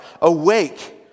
Awake